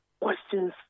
questions